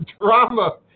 drama